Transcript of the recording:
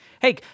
hey